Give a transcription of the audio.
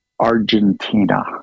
Argentina